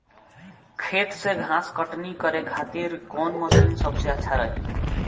खेत से घास कटनी करे खातिर कौन मशीन सबसे अच्छा रही?